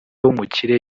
w’umukire